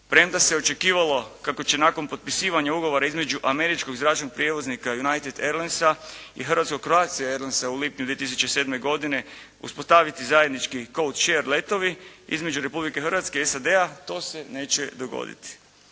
Premda se očekivalo kako će nakon potpisivanja ugovora između američkog zračnog prijevoza United Airlinesa i hrvatskog Croatia Airlinesa u lipnju 2007. godine uspostaviti zajednički "code share" letovi između Republike Hrvatske i SAD-a, to se neće dogoditi.